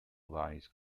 lies